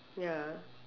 ya